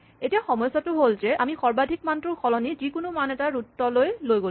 এতিয়া সমস্যাটো হ'ল যে আমি সৰ্বাধিক মানটোৰ সলনি যিকোনো মান এটা ৰোট লৈ লৈ গ'লো